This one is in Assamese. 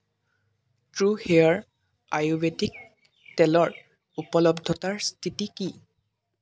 ট্ৰু হেয়াৰ আয়ুৰ্বেদিক তেলৰ উপলব্ধতাৰ স্থিতি কি